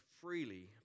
freely